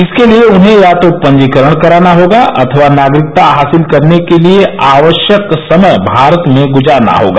इसके लिए उन्हें या तो पंजीकरण कराना होगा अथवा नागरिकता हासिल करने के लिए आवश्यक समय भारत में गुजारना होगा